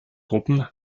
gruppen